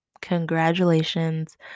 Congratulations